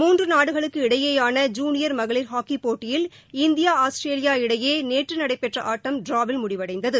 மூன்று நாடுகளுக்கு இடையேயாள ஜுனியர் மகளிர் ஹாக்கி போட்டியில் இந்தியா ஆஸ்திரேலியா இடையே நேற்று நடைபெற்ற ஆட்டம் ட்ராவில் முடிவடைந்தது